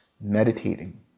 meditating